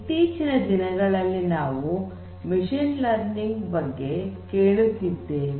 ಇತ್ತೀಚಿನ ದಿನಗಳಲ್ಲಿ ನಾವು ಮಷೀನ್ ಲರ್ನಿಂಗ್ ಬಗ್ಗೆ ಕೇಳುತ್ತಿದ್ದೇವೆ